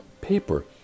paper